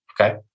Okay